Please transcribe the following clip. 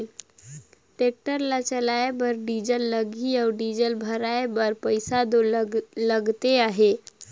tractor ल चलाए बर डीजल लगही अउ डीजल भराए बर पइसा दो लगते अहे